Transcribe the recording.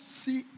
see